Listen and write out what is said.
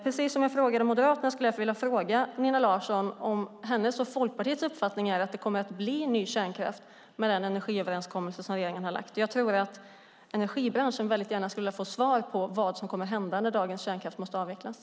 Precis som jag frågade Moderaterna vill jag fråga Nina Larsson om hennes och Folkpartiets uppfattning är att det kommer att bli ny kärnkraft med den energiöverenskommelse som regeringen har lagt fram. Jag tror att energibranschen vill ha svar på vad som kommer att hända när dagens kärnkraft måste avvecklas.